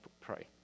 pray